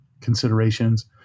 considerations